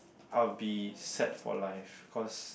I'll be set for life cause